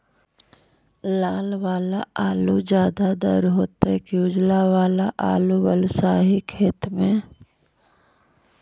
लाल वाला आलू ज्यादा दर होतै कि उजला वाला आलू बालुसाही खेत में?